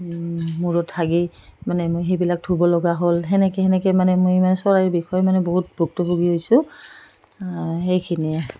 মূৰত হাগি মানে মই সেইবিলাক ধুব লগা হ'ল সেনেকৈ সেনেকৈ মানে মই মানে চৰাইৰ বিষয়ে মানে বহুত ভুক্তভোগী হৈছোঁ সেইখিনিয়ে